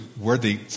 worthy